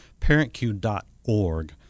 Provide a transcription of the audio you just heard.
ParentQ.org